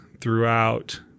throughout